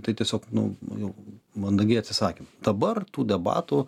tai tiesiog nu jau mandagiai atsisakėm dabar tų debatų